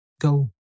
Go